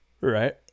Right